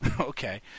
Okay